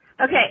Okay